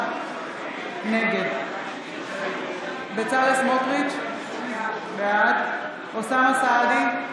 נגד בצלאל סמוטריץ' בעד אוסאמה סעדי,